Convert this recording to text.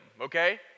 Okay